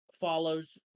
follows